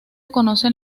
conocen